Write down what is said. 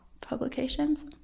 publications